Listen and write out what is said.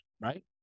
right